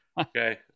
Okay